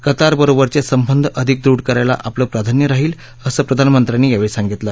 Qatar बरोबरच सिंबंध अधिक दृढ करायला आपलं प्राधान्य राहिल असं प्रधानमंत्र्यांनी यावछी सांगितलं